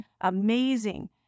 amazing